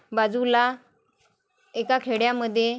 बाजूला एका खेड्यामध्ये